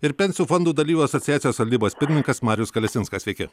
ir pensijų fondų dalyvių asociacijos valdybos pirmininkas marijus kalesinskas sveiki